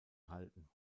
halten